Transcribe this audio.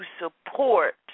support